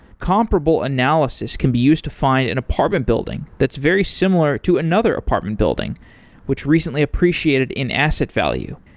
comparable analysis can be used to find an apartment building that's very similar to another apartment building which recently appreciated in asset value,